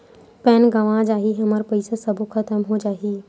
Pan गंवा जाही हमर पईसा सबो खतम हो जाही?